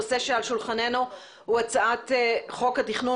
הנושא שנמצא על שולחננו הוא הצעת חוק התכנון